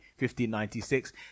1596